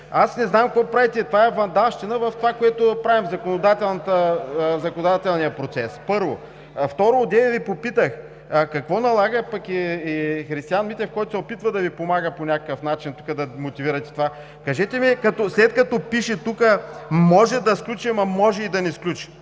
аз не знам какво правите!? Това е вандалщина в това, което правим – в законодателния процес, първо. Второ, попитах Ви какво го налага, пък и Христиан Митев, който се опитва да Ви помага по някакъв начин тук, да мотивирате това, кажете ми, след като тук пише: може да сключим, а може и да не сключим?!